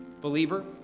Believer